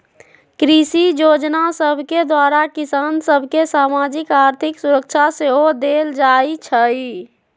कृषि जोजना सभके द्वारा किसान सभ के सामाजिक, आर्थिक सुरक्षा सेहो देल जाइ छइ